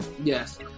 Yes